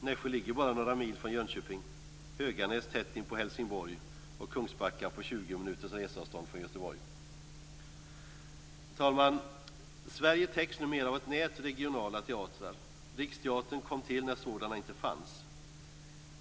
Nässjö ligger bara några mil från Jönköping, Höganäs tätt inpå Helsingborg och Kungsbacka på 20 Herr talman! Sverige täcks numera av ett nät av regionala teatrar. Riksteatern kom till när sådana inte fanns.